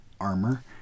armor